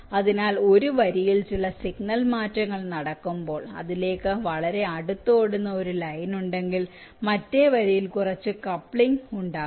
അതിനാൽ ഒരു വരിയിൽ ചില സിഗ്നൽ മാറ്റങ്ങൾ നടക്കുമ്പോൾ അതിലേക്ക് വളരെ അടുത്ത് ഓടുന്ന ഒരു ലൈൻ ഉണ്ടെങ്കിൽ മറ്റേ വരിയിൽ കുറച്ച് കപ്ലിംഗ് ഉണ്ടാകും